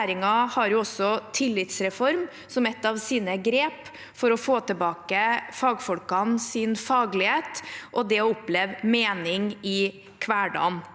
regjeringen har jo også tillitsreform som et av sine grep for å få tilbake fagfolkenes faglighet og det å oppleve mening i hverdagen.